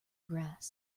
grass